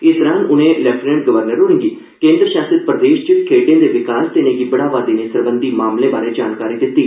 इस दौरान उनें लेफ्टिनेंट गवर्नर होरें'गी केन्द्र शासित प्रदेश च खेड्ढें दे विकास ते इनें'गी बढ़ावा देने सरबंधी मामलें बारै जानकारी दिती